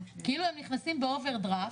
הם נכנסים במינוס לשנה הבאה.